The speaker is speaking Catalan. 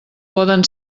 poden